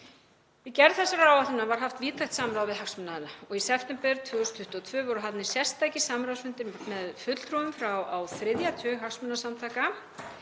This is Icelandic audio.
Við gerð þessarar áætlunar var haft víðtækt samráð við hagsmunaaðila og í september 2022 voru haldnir sérstakir samráðsfundir með fulltrúum frá á þriðja tug hagsmunasamtaka